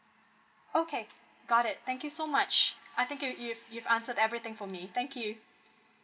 okay got it thank you so much I think you you you've answered everything for me thank you